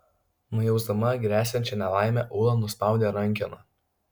nujausdama gresiančią nelaimę ula nuspaudė rankeną